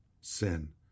sin